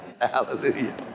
Hallelujah